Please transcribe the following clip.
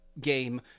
game